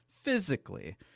physically